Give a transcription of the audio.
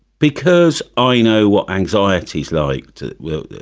because i know what anxiety is like to